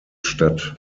statt